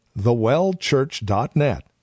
thewellchurch.net